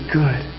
good